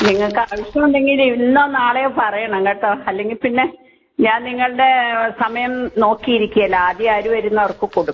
നിങ്ങൾക്ക് ആവശ്യുണ്ടെങ്കിൽ ഇന്നോ നാളെയോ പറയണം കേട്ടോ അല്ലെങ്കിൽ പിന്നെ ഞാൻ നിങ്ങളുടെ സമയം നോക്കിയിരിക്കുകയില്ല ആദ്യം ആര് വരുന്നവർക്ക് കൊടുക്കും